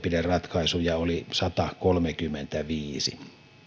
vastaavia toimenpideratkaisuja oli satakolmekymmentäviisi